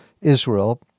Israel